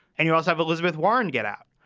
and you also have elizabeth warren get out.